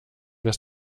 dass